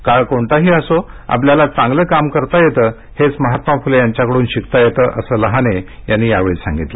काळ कोणताही असो आपल्याला चांगलं काम करता येतं हेच महात्मा फुले यांच्याकडून शिकता येतं असं लहाने यांनी यावेळी सांगितलं